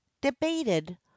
debated